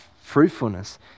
fruitfulness